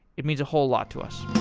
it means a whole lot to us